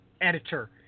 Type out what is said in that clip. editor